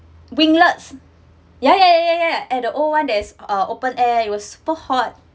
winglets yeah yeah yeah yeah and the old [one] that's uh open air it was super hot